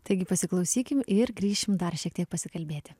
taigi pasiklausykim ir grįšim dar šiek tiek pasikalbėti